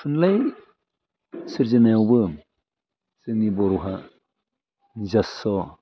थुनलाइ सोरजिनायावबो जोंनि बर'हा निजास'